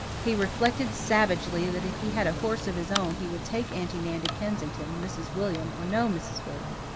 he reflected savagely that if he had a horse of his own he would take aunty nan to kensington, mrs. william or no mrs. william.